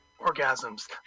orgasms